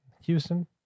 Houston